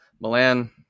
Milan